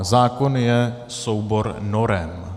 Zákon je soubor norem.